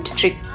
trick